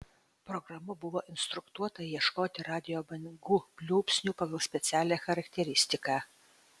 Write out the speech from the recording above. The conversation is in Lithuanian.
programa buvo instruktuota ieškoti radijo bangų pliūpsnių pagal specialią charakteristiką